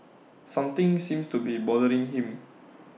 something seems to be bothering him